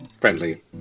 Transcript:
friendly